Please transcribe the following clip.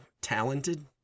talented